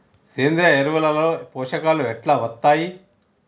సేంద్రీయ ఎరువుల లో పోషకాలు ఎట్లా వత్తయ్?